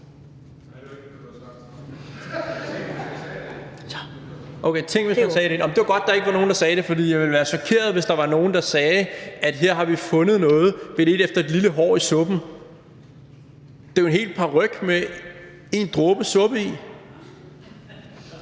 det var godt, at der ikke var nogen, der sagde det, for jeg ville være chokeret, hvis der var nogen, der sagde: Her har vi fundet noget, vi ledte efter et lille hår i suppen. Det er jo en hel paryk med én dråbe suppe i.